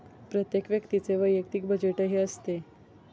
प्रत्येक व्यक्तीचे वैयक्तिक बजेटही असते